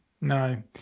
no